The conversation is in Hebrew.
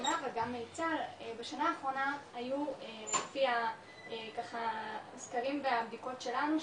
גם בשנה האחרונה היו על פי ככה סקרים והבדיקות שלנו,